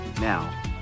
Now